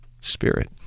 spirit